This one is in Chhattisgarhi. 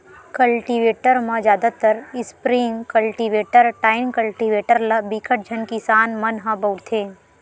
कल्टीवेटर म जादातर स्प्रिंग कल्टीवेटर, टाइन कल्टीवेटर ल बिकट झन किसान मन ह बउरथे